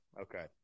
Okay